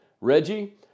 Reggie